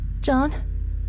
John